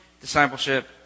discipleship